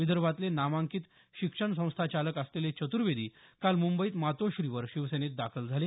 विदर्भातले नामांकित शिक्षण संस्थाचालक असलेले चतुर्वेदी काल मुंबईत मातोश्रीवर शिवसेनेत दाखल झाले